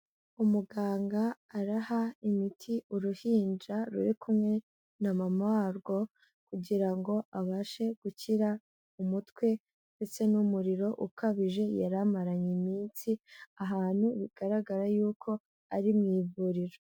Umuganga araha imiti uruhinja ruri kumwe na mama warwo kugira ngo abashe gukira umutwe ndetse n'umuriro ukabije yarimaranye iminsi, ahantu bigaragara yuko ari mu ivuriro.